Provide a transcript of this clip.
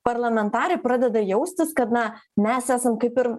parlamentarai pradeda jaustis kad na mes esam kaip ir